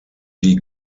die